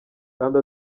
kandi